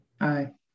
Aye